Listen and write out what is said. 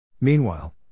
Meanwhile